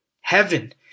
Heaven